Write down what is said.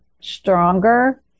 stronger